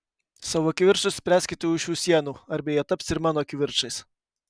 savo kivirčus spręskite už šių sienų arba jie taps ir mano kivirčais